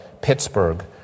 Pittsburgh